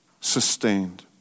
sustained